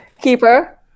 Keeper